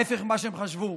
ההפך ממה שהם חשבו,